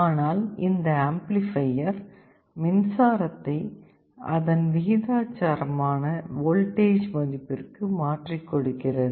ஆனால் இந்த ஆம்பிலிபையர் மின்சாரத்தை அதன் ப்ரோபோர்சனல் ஆன வோல்டேஜ் மதிப்பிற்கு மாற்றிக் கொடுக்கிறது